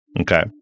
Okay